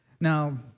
Now